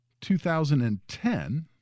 2010